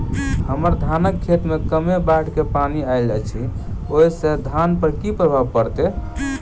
हम्मर धानक खेत मे कमे बाढ़ केँ पानि आइल अछि, ओय सँ धान पर की प्रभाव पड़तै?